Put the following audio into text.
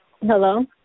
Hello